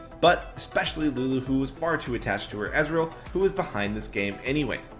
but especially lulu who was far too attached to her ezreal who is behind this game anyway.